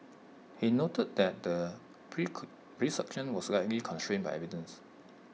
he noted that the prosecution was likely constrained by evidence